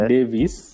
Davis